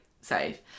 safe